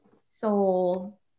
soul